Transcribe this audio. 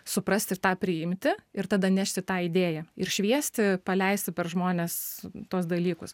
suprasti ir tą priimti ir tada nešti tą idėją ir šviesti paleisti per žmones tuos dalykus